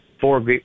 Four